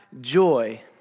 joy